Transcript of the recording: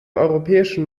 europäischen